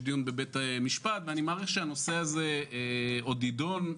דיון בבית משפט ואני מעריך שהנושא הזה עוד יידון.